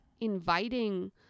inviting